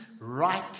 right